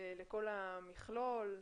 לכל המכלול,